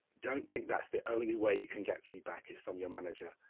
don't think that's the only way you can get feedback is from your manager.